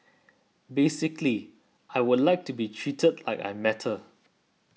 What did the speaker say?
basically I would like to be treated I am matter